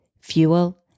fuel